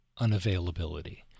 unavailability